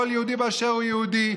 כל יהודי באשר הוא יהודי,